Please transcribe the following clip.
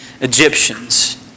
Egyptians